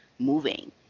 moving